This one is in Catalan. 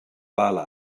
bala